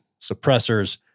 suppressors